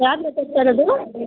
ಯಾರು ಮಾತಾಡ್ತಾ ಇರೋದು